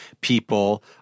people